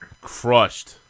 Crushed